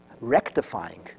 rectifying